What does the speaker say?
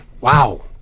wow